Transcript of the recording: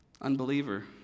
Unbeliever